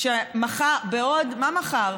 מחר, מה מחר?